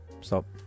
Stop